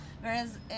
whereas